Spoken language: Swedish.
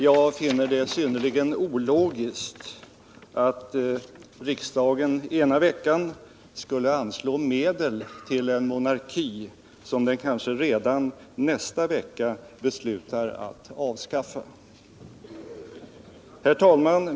Jag finner det synnerligen ologiskt att riksdagen ena veckan skulle anslå medel till en monarki som den kanske redan nästa vecka beslutar att avskaffa. Herr talman!